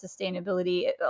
sustainability